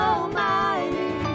Almighty